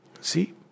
See